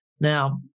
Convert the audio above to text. Now